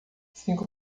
cinco